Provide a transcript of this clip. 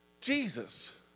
Jesus